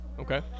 Okay